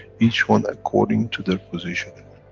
each one according to their position.